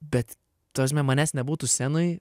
bet ta prasme manęs nebūtų scenoj